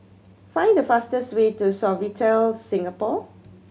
find the fastest way to Sofitel Singapore